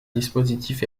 dispositif